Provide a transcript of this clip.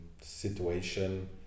situation